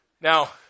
Now